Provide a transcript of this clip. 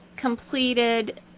completed